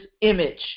image